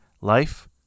life